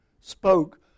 spoke